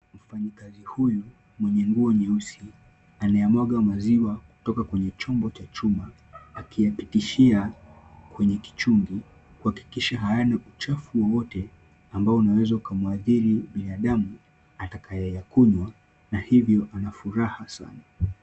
Mfanyikazi huyu mwenye nguo nyeusi anayamwaga maziwa kutoka kwenye chumba cha chuma akiyapitishia kwenye kichungi kuhakikisha hayana uchafu wowote ambao unaweza kumuathiri binadamu atakayeyakunywa na kwa hivyo ana furaha sana.